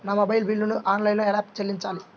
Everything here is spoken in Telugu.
నా మొబైల్ బిల్లును ఆన్లైన్లో ఎలా చెల్లించాలి?